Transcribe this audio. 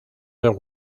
der